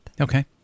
Okay